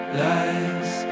lies